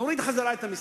נוריד חזרה את המסים.